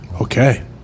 Okay